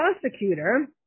prosecutor